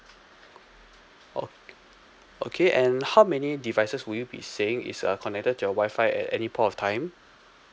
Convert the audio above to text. ok~ okay and how many devices would you be saying is uh connected to your wi-fi at any point of time